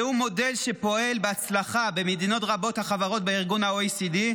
זהו מודל שפועל בהצלחה במדינות רבות החברות בארגון ה-OECD,